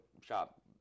shop